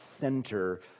center